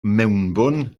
mewnbwn